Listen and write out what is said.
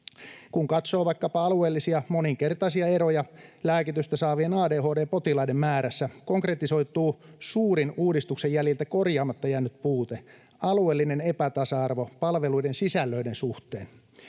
Kun katsoo vaikkapa alueellisia moninkertaisia eroja lääkitystä saavien ADHD-potilaiden määrässä, konkretisoituu suurin uudistuksen jäljiltä korjaamatta jäänyt puute, alueellinen epätasa-arvo palveluiden sisältöjen suhteen.